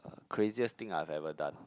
craziest thing I had ever done